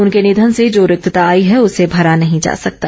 उनके निधन से जो रिक्तता आई है उसे भरा नहीं जा सकता